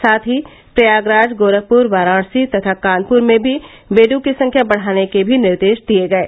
साथ ही प्रयागराज गोरखपुर वाराणसी तथा कानपुर में भी बेडों की संख्या बढ़ाने के भी निर्देश दिये गये